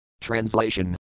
Translation